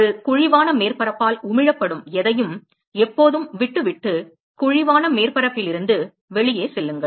ஒரு குழிவான மேற்பரப்பால் உமிழப்படும் எதையும் எப்போதும் விட்டுவிட்டு குழிவான மேற்பரப்பில் இருந்து வெளியே செல்லுங்கள்